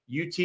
UT